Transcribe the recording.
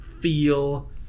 Feel